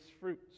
fruits